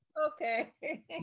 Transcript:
Okay